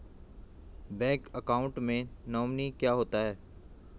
Bank account में nominee क्या होता है?